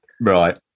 Right